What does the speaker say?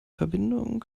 verbindung